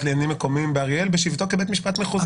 לעניינים מקומיים באריאל בשבתו כבית משפט מחוזי.